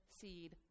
Seed